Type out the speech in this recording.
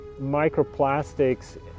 microplastics